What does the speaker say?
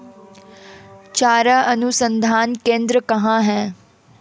चारा अनुसंधान केंद्र कहाँ है?